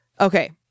Okay